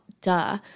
Duh